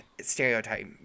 Stereotype